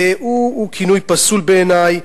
הוא כינוי פסול בעיני.